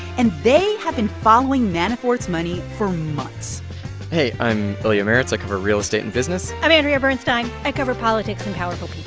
and they have been following manafort's money for months hey. i'm ilya marritz. i cover real estate and business i'm andrea bernstein. i cover politics and powerful people.